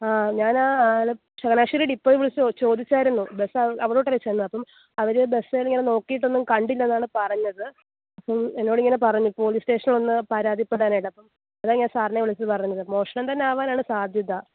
ആ ഞാൻ ആ ആല ചങ്ങനാശ്ശേരി ഡിപ്പോയിൽ വിളിച്ച് ചോദിച്ചിരുന്നു ബസ്സ് അ അവിടോട്ട് അല്ലേ ചെന്നത് അപ്പം അവർ ബസ്സിൽ ഇങ്ങനെ നോക്കിയിട്ടൊന്നും കണ്ടില്ല എന്നാണ് പറഞ്ഞത് അപ്പം എന്നോട് ഇങ്ങനെ പറഞ്ഞു പോലീസ് സ്റ്റേഷനിലൊന്ന് പരാതിപ്പെടാനായിട്ട് അതാണ് ഞാൻ സാറിനെ വിളിച്ച് പറഞ്ഞത് മോഷണം തന്നെ ആവാനാണ് സാധ്യത